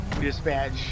Dispatch